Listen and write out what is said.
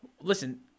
Listen